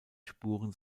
spuren